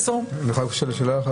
אני יכול לשאול שאלה אחת בבקשה?